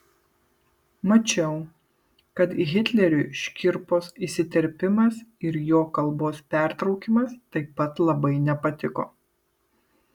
mačiau kad hitleriui škirpos įsiterpimas ir jo kalbos pertraukimas taip pat labai nepatiko